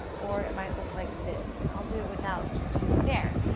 or it might look like this. and i'll do it without, just to be fair.